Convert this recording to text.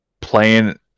playing